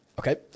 Okay